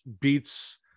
beats